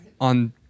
on